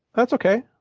that's okay.